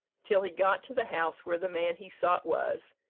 till he got to the house where the man he sought was,